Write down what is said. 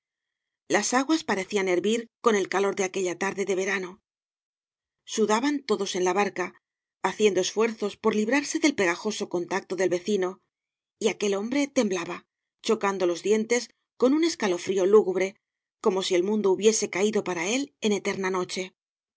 las aguas parecían hervir con el calor de aquella tarde de verano sudaban todos en la barca haciendo esfuerzos por librarse del pegajoso contacto del veciño y aquel hombre temblaba chocando los dientes con un escalofrío lúgubre como si el mundo hubiese caído para él en eterna noche